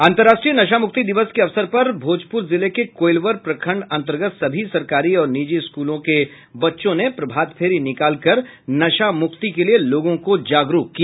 अंतर्राष्ट्रीय नशामुक्ति दिवस के अवसर पर आज भोजपुर जिले के कोईलवर प्रखंड अंतर्गत सभी सरकारी और निजी स्कूलों के बच्चों ने प्रभात फेरी निकालकर नशामुक्ति के लिये लोगों को जागरूक किया